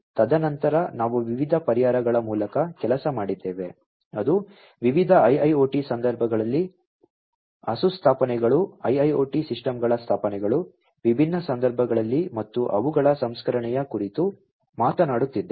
ತದನಂತರ ನಾವು ವಿವಿಧ ಪರಿಹಾರಗಳ ಮೂಲಕ ಕೆಲಸ ಮಾಡಿದ್ದೇವೆ ಅದು ವಿವಿಧ IIoT ಸಂದರ್ಭಗಳಲ್ಲಿ ಅನುಸ್ಥಾಪನೆಗಳು IIoT ಸಿಸ್ಟಮ್ಗಳ ಸ್ಥಾಪನೆಗಳು ವಿಭಿನ್ನ ಸಂದರ್ಭಗಳಲ್ಲಿ ಮತ್ತು ಅವುಗಳ ಸಂಸ್ಕರಣೆಯ ಕುರಿತು ಮಾತನಾಡುತ್ತಿದ್ದೇವೆ